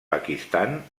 pakistan